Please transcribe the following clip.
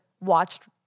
watched